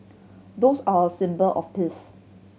doves are a symbol of peace